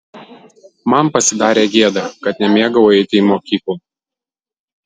man pasidarė gėda kad nemėgau eiti į mokyklą